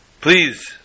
Please